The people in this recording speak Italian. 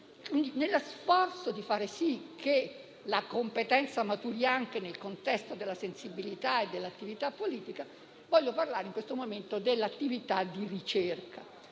nella sforzo di far sì che la competenza maturi anche nel contesto della sensibilità e dell'attività politica. Voglio dunque parlare dell'attività di ricerca.